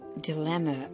Dilemma